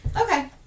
Okay